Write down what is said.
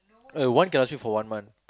eh one can last you for one month